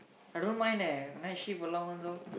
I don't mind leh night shift alone also